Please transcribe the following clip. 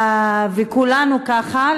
וכולנו ככה,